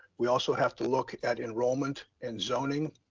we also have to look at enrollment and zoning.